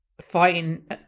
fighting